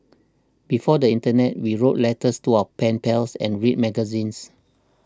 before the internet we wrote letters to our pen pals and read magazines